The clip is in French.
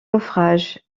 naufrages